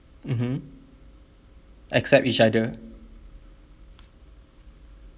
mmhmm accept each other